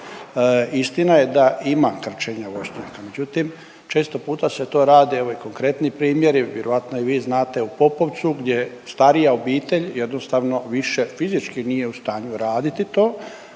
Istina je da ima krčenja voćnjaka, međutim, često puta se to rade, evo i konkretni primjeri, vjerovatno i vi znate u Popovcu, gdje starija obitelj jednostavno više fizički nije u stanju raditi to,